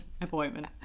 appointment